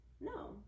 no